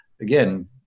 again